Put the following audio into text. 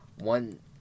One